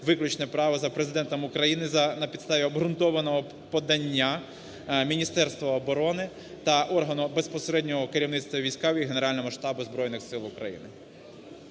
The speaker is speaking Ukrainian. виключне право за Президентом України на підставі обґрунтованого подання Міністерства оборони та органу безпосереднього керівництва військами і Генерального штабу Збройних Сил України.